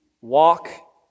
walk